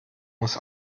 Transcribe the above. muss